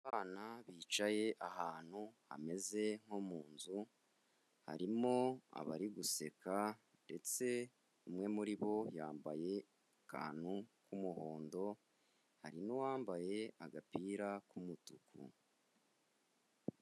Abana bicaye ahantu hameze nko mu nzu, harimo abari guseka ndetse umwe muri bo yambaye akantu k'umuhondo hari n'uwambaye agapira k'umutuku.